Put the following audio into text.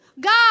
God